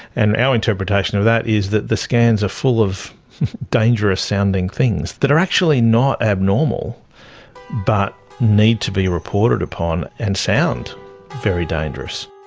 and our interpretation of that is that the scans are full of dangerous sounding things that are actually not abnormal but need to be reported upon and sound very dangerous.